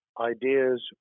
ideas